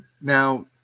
now